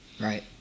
Right